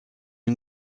une